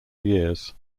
years